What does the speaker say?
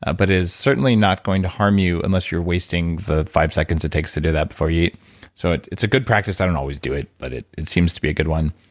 ah but it is certainly not going to harm you unless you're wasting the five seconds it takes to do that before you eat. so it's a good practice. i don't always do it, but it it seems to be good one.